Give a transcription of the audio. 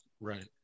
right